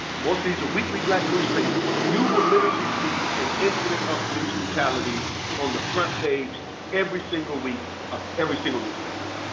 most these are weekly black newspapers. you will literally see an incident of police brutality on the front page every single week of every single newspaper.